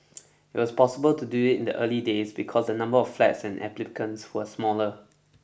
it was possible to do it in the early days because the number of flats and applicants were smaller